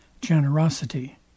generosity